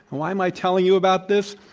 why am i telling you about this?